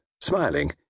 smiling